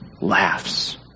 laughs